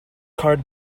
card